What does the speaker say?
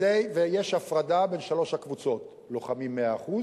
ויש הפרדה בין שלוש הקבוצות: לוחמים, 100%,